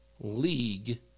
league